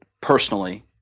personally